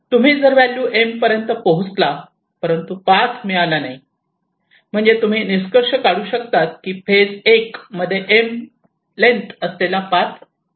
तुम्ही जर value M पर्यंत पोहोचला परंतु पाथ मिळाला नाही म्हणजे तुम्ही निष्कर्ष काढू शकतात की फेज 1 मध्ये M लेन्थ असलेला पाथ नाही